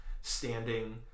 standing